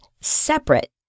separate